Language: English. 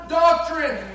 doctrine